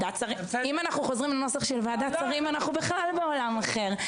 אם אנחנו חוזרים לנוסח של ועדת שרים אנחנו בכלל בעולם אחר.